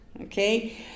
Okay